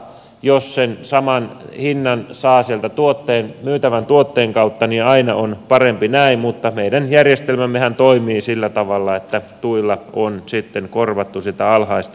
jos sen saman hinnan saa sieltä myytävän tuotteen kautta niin aina on parempi näin mutta meidän järjestelmämmehän toimii sillä tavalla että tuilla on sitten korvattu sitä alhaista tuottajahintaa